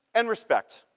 and respect,